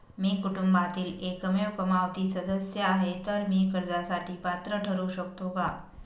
मी कुटुंबातील एकमेव कमावती सदस्य आहे, तर मी कर्जासाठी पात्र ठरु शकतो का?